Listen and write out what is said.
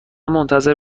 منتظر